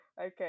Okay